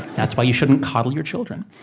that's why you shouldn't coddle your children.